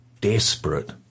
desperate